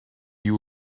you